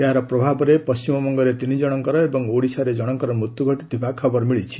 ଏହାର ପ୍ରଭାବରେ ପଶ୍ଚିମବଙ୍ଗରେ ତିନିଜଣଙ୍କର ଏବଂ ଓଡ଼ିଶାରେ ଜଣଙ୍କର ମୃତ୍ୟୁ ଘଟିଥିବା ସୂଚନା ମିଳିଛି